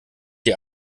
die